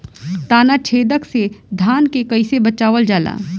ताना छेदक से धान के कइसे बचावल जाला?